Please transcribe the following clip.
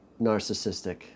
narcissistic